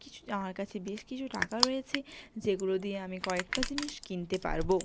কিছু আমার কাছে বেশ কিছু টাকা রয়েছে যেগুলো দিয়ে আমি কয়েকটা জিনিস কিনতে পারবো